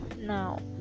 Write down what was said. now